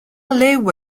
liw